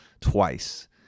twice